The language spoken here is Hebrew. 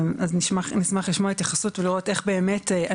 אז נשמח לשמוע התייחסות ולראות איך הנציבות